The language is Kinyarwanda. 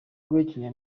guhekenya